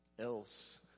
Else